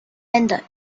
ended